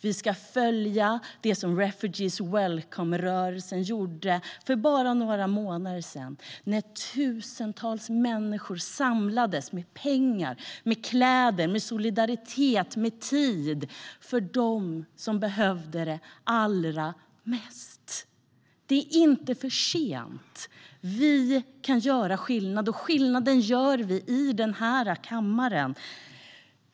Vi ska följa det som Refugees Welcome-rörelsen gjorde för bara några månader sedan, när tusentals människor samlades, med pengar, med kläder, med solidaritet, med tid för dem som behövde det allra mest. Det är inte för sent. Vi kan göra skillnad, och skillnaden gör vi i den här kammaren.